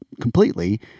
completely